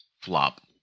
flop